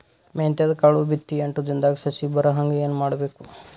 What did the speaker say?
ಮೆಂತ್ಯದ ಕಾಳು ಬಿತ್ತಿ ಎಂಟು ದಿನದಾಗ ಸಸಿ ಬರಹಂಗ ಏನ ಮಾಡಬೇಕು?